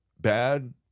bad